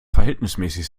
verhältnismäßig